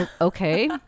Okay